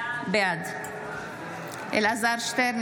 בעד אלעזר שטרן,